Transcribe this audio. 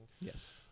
Yes